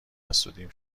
حسودیم